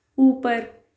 اوپر